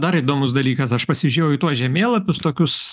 dar įdomus dalykas aš pasižiūrėjau į tuos žemėlapius tokius